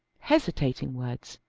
hesitating words,